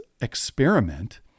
experiment